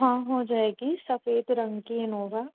हाँ हो जाएगी सफ़ेद रंग की इनोवा